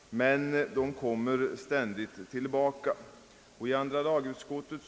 Men de kommer ständigt tillbaka.